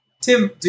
Tim